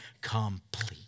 complete